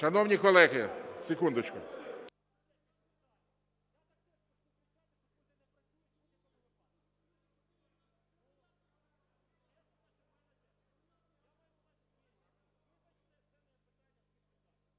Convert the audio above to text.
Шановні колеги… Секундочку.